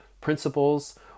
principles